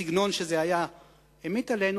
בסגנון שזה המיט עלינו,